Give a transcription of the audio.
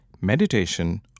Meditation